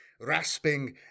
rasping